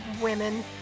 women